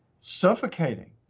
suffocating